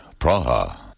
Praha